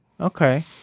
Okay